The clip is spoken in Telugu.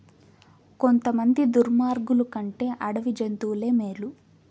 కొంతమంది దుర్మార్గులు కంటే అడవి జంతువులే మేలు